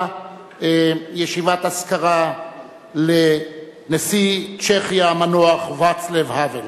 ישיבת אזכרה לנשיא צ'כיה המנוח ואצלב האוול.